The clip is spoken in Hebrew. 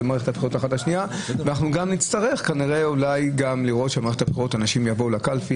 ואנחנו נצטרך אולי לראות שאנשים גם יבואו לקלפי.